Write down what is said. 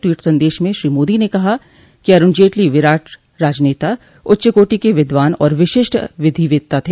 tweet संदेश में श्री मोदी ने कहा कि अरुण जेटली विराट राजनेता उच्च् कोटि के विद्वान और विशिष्ट विधिवेत्ता थ